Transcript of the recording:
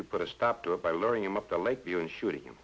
you put a stop to it by learning about the lake view and shooting